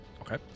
Okay